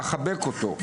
אחבק אותו.